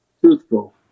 truthful